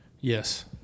Yes